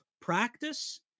practice